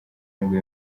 nibwo